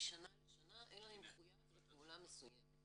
משנה לשנה אלא אם חויב לפעולה מסוימת.